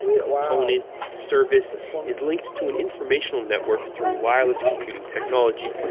component, service is linked to an informational network through wireless computing technology,